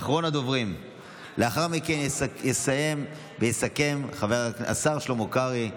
לאחר מכן יסכם השר שלמה קרעי,